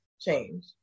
change